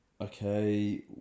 Okay